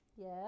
Yes